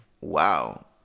Wow